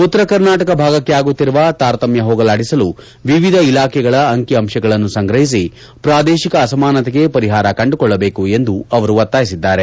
ಉತ್ತರ ಕರ್ನಾಟಕ ಭಾಗಕ್ಕೆ ಆಗುತ್ತಿರುವ ತಾರತಮ್ಯ ಹೋಗಲಾಡಿಸಲು ವಿವಿಧ ಇಲಾಖೆಗಳ ಅಂಕಿ ಅಂಶಗಳನ್ನು ಸಂಗ್ರಹಿಸಿ ಪ್ರಾದೇಶಿಕ ಅಸಮಾನತೆಗೆ ಪರಿಹಾರ ಕಂಡುಕೊಳ್ಳಬೇಕು ಎಂದು ಅವರು ಒತ್ತಾಯಿಸಿದ್ದಾರೆ